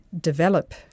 develop